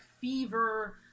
fever